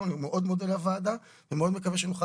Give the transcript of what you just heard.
אני מאוד מודה לוועדה ומקווה מאוד שנוכל